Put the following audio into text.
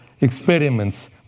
experiments